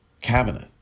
cabinet